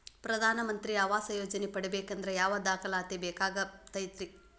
ಪ್ರಧಾನ ಮಂತ್ರಿ ಆವಾಸ್ ಯೋಜನೆ ಪಡಿಬೇಕಂದ್ರ ಯಾವ ದಾಖಲಾತಿ ಬೇಕಾಗತೈತ್ರಿ?